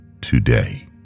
today